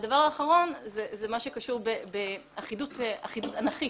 והדבר האחרון, זה מה שקשור באחידות אנכית.